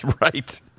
Right